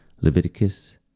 Leviticus